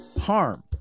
harm